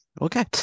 Okay